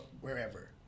wherever